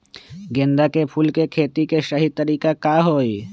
गेंदा के फूल के खेती के सही तरीका का हाई?